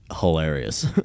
hilarious